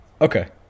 Okay